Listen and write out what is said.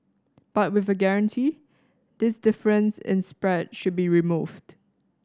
but with a guarantee this difference in spread should be removed